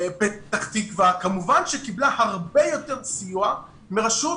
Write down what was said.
פתח תקווה כמובן שקיבלה הרבה יותר סיוע מרשות